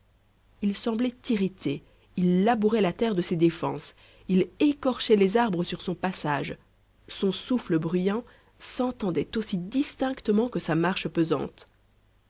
il semblait irrité il labourait la terre de ses défenses il écorchait les arbres sur son passage son souffle bruyant s'entendait aussi distinctement que sa marche pesante